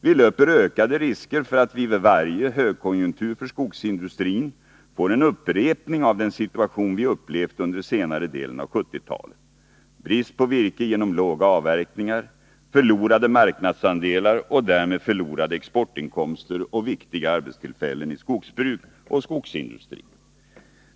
Vi löper ökade risker för att vi vid varje högkonjunktur för skogsindustrin får en upprepning av den situation vi upplevt under senare delen av 1970-talet: brist på virke genom låga avverkningar, förlorade marknadsandelar och därmed förlorade exportinkomster och förlorade viktiga arbetstillfällen i skogsbruk och skogsindustri.